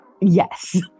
Yes